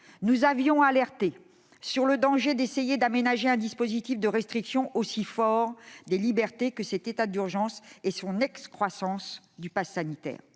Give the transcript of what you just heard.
notre part, alerté sur le danger d'essayer d'aménager un dispositif de restriction des libertés aussi fort que cet état d'urgence et son excroissance, le passe sanitaire.